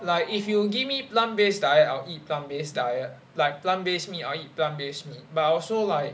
like if you give me plant-based diet I'll eat plant-based diet like plant-based meat I'll eat plant-based meat but also like